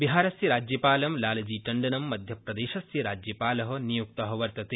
बिहारस्य राज्यपालं लालजी टंडनं मध्यप्रदेशस्य राज्यपाल नियुक्त वर्तते